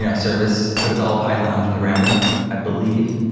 you know service, but it's all python from the ground-up, i believe.